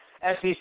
SEC